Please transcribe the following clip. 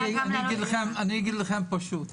אגיד לכם פשוט.